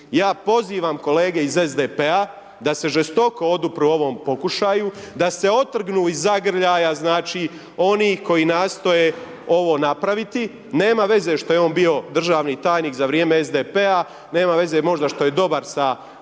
Ja pozivam kolege iz SDP-a da se žestoko podupru ovom pokušaju, da se otrgnu iz zagrljaja oni koji nastoje ovo napraviti, nema veze što je on bio državni tajnik za vrijeme SDP-a nema veze možda što je dobar sa